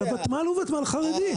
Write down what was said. והותמ"ל הוא ותמ"ל חרדי.